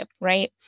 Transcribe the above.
right